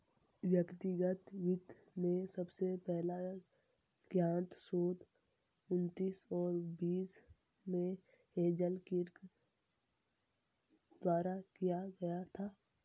व्यक्तिगत वित्त में सबसे पहला ज्ञात शोध उन्नीस सौ बीस में हेज़ल किर्क द्वारा किया गया था